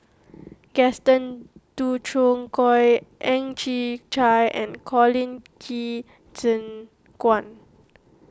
Gaston Dutronquoy Ang Chwee Chai and Colin Qi Zhe Quan